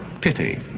pity